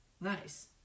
Nice